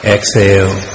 Exhale